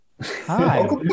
Hi